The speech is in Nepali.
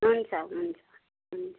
हुन्छ हुन्छ हुन्छ